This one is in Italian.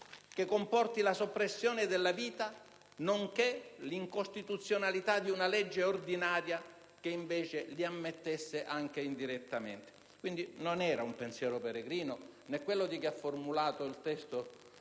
che comporti la soppressione della vita, nonché l'incostituzionalità di una legge ordinaria che invece li ammettesse anche indirettamente». Non era, quindi, un pensiero peregrino né quello di chi ha formulato il testo